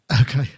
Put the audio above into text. okay